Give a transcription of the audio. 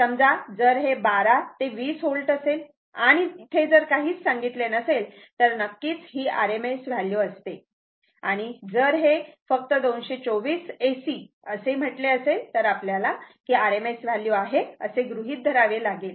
समजा जर हे 12 ते 20 V असेल आणि इथे जर काही सांगितले नसेल तर नक्कीच RMS व्हॅल्यू असते आणि जर हे फक्त 224 AC असे म्हटले असेल तर आपल्याला हे RMS व्हॅल्यू आहे असे गृहीत धरावे लागेल